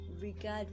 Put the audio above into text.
regard